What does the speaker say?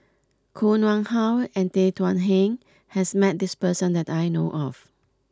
Koh Nguang How and Tan Thuan Heng has met this person that I know of